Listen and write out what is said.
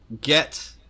get